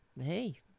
hey